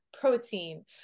protein